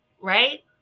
right